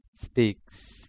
Speaks